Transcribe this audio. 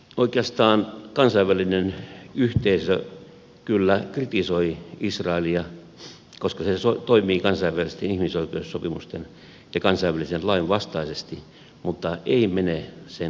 oikeastaan kansainvälinen yhteisö kyllä kritisoi israelia koska se toimii kansainvälisten ihmisoikeussopimusten ja kansainvälisen lain vastaisesti mutta ei mene sen pidemmälle